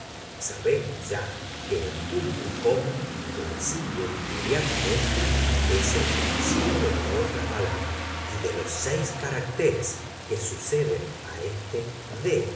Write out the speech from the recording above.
sabemos ya que el punto y como que le sigue inmediatamente es el principio de otra palabra y de los seis caracteres que suceden a este the